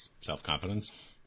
Self-confidence